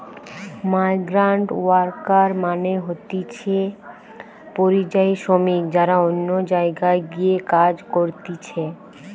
migrant worker মানে হতিছে পরিযায়ী শ্রমিক যারা অন্য জায়গায় গিয়ে কাজ করতিছে